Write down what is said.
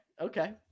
Okay